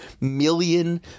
million